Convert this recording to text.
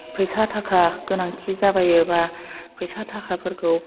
फैसा थाखा गोनांथि जाबाययोबा फैसा थाखाफोरखौ